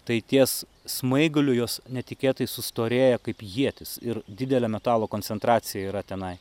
tai ties smaigaliu jos netikėtai sustorėja kaip ietis ir didelė metalo koncentracija yra tenai